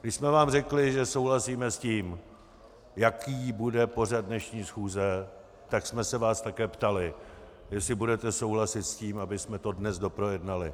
Když jsme vám řekli, že souhlasíme s tím, jaký bude pořad dnešní schůze, tak jsme se vás také ptali, jestli budete souhlasit s tím, abychom to dnes doprojednali.